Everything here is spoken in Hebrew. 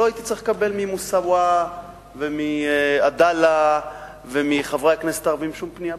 לא הייתי צריך לקבל מ"מוסאוא" ומ"עדאלה" ומחברי הכנסת הערבים שום פנייה.